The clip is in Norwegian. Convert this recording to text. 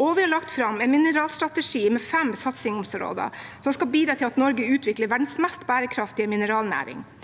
Vi har lagt fram en mineralstrategi med fem satsingsområder som skal bidra til at Norge utvikler verdens mest bærekraftige mineralnæring.